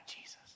Jesus